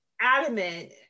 adamant